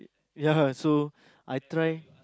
ya so I try